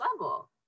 level